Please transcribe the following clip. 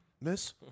miss